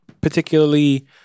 particularly